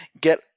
get –